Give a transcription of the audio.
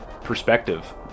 perspective